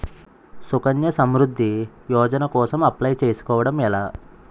సుకన్య సమృద్ధి యోజన కోసం అప్లయ్ చేసుకోవడం ఎలా?